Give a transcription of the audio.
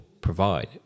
provide